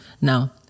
now